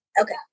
Okay